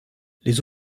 les